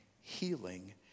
healing